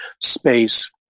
space